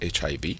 HIV